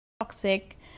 toxic